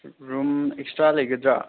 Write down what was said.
room extra ꯂꯩꯒꯗ꯭ꯔꯥ